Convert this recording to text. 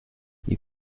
you